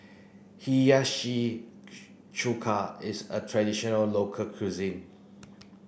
Hiyashi Chuka is a traditional local cuisine